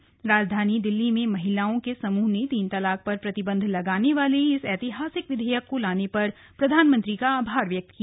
राष्ट्रीय राजधानी दिल्ली में महिलाओं के एक समूह ने तीन तलाक पर प्रतिबंध लगाने वाले इस ऐतिहासिक विधेयक को लाने पर प्रधानमंत्री का आभार व्यक्त किया